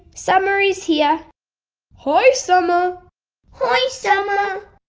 summer is here hi summer hi summer!